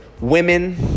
women